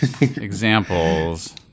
examples